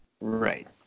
right